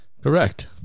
Correct